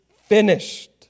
finished